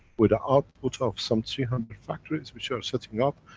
with the output of some three hundred factories which are setting up,